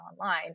online